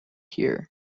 here